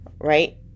right